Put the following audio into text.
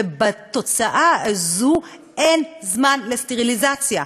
ובתוצאה הזאת אין זמן לסטריליזציה.